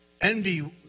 Envy